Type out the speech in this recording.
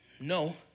No